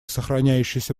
сохраняющейся